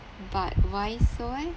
but why so eh